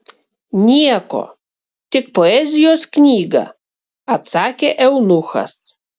nieko tik poezijos knygą atsakė eunuchas